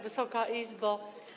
Wysoka Izbo!